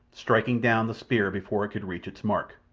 striking down the spear before it could reach its mark.